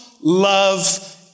love